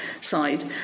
side